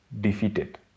defeated